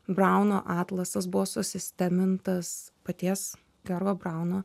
brauno atlasas buvo susistemintas paties karlo brauno